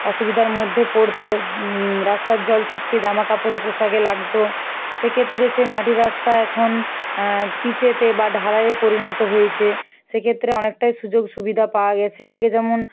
অসুবিধার মধ্যে পড়তো রাস্তার জল ছিটকে জামাকাপড়ে পোশাকে লাগতো সেক্ষেত্রে সে মাটির রাস্তা এখন পিচেতে বা ঢালাইয়ে পরিণত হয়েছে সেক্ষেত্রে অনেকটাই সুযোগ সুবিধা পাওয়া গেছে আগে যেমন